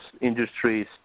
industries